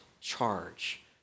charge